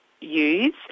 use